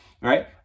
right